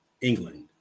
England